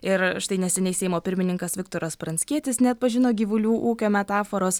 ir štai neseniai seimo pirmininkas viktoras pranckietis neatpažino gyvulių ūkio metaforos